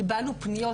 קיבלנו פניות,